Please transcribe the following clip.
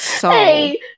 Hey